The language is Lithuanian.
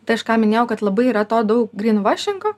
tai aš ką minėjau kad labai yra to daug grynvašingo